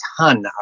ton